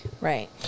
Right